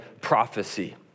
prophecy